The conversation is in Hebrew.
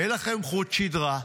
אין לכם חוט שדרה.